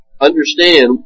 understand